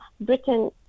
Britain